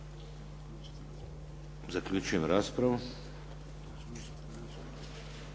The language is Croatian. Zaključujem raspravu.